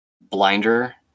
blinder